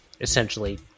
essentially